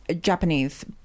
japanese